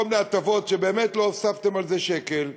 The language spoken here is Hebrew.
מיני הטבות שבאמת לא הוספתי על זה שקל,